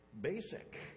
basic